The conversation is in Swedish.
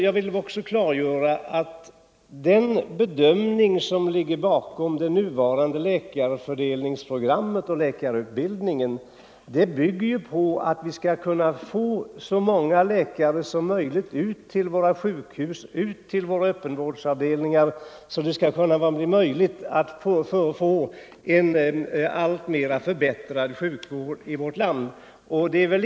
Jag vill också klargöra att den bedömning som ligger bakom det nuvarande läkarfördelningsprogrammet och läkarutbildningen bygger på att vi skall kunna få så många läkare som möjligt ut till våra sjukhus och öppenvårdsavdelningar, så att det skall kunna bedrivas en alltmer förbättrad sjukvård i vårt land.